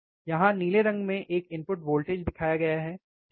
यहाँ नीले रंग में एक इनपुट वोल्टेज दिखाया गया है ठीक है